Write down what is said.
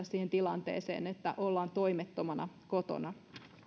siihen tilanteeseen että ollaan toimettomana kotona